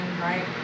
right